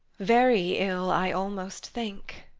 very ill, i almost think.